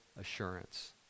assurance